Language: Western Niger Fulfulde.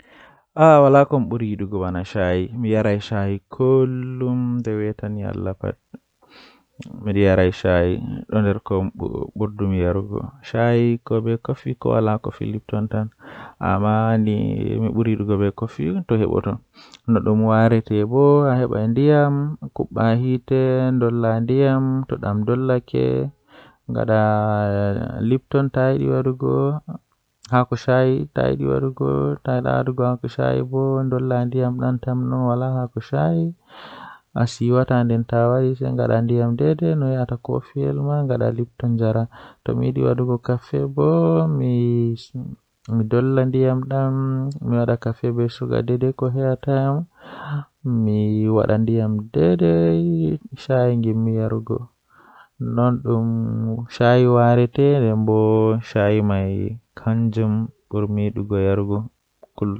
Nyamdu kala didi jei mi suptata mi tokka nyamugo kanjum woni haako ledde kala ledde irin bana lemo ayaba aran kenan didi bo mi nyaman kusel to mi nyama frutji be kusel kanjum do don woitina bandu masin mi wawan mi nyama haa